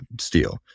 steel